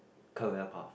career path